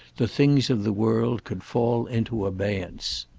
the things of the world could fall into abeyance.